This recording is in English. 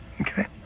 Okay